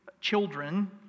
children